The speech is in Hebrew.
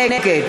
נגד